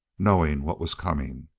knowing what was coming.